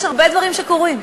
יש הרבה דברים שקורים,